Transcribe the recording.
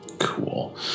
Cool